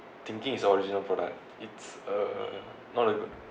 thinking is a original product it's a not a good